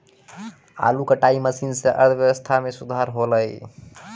आलू कटाई मसीन सें अर्थव्यवस्था म सुधार हौलय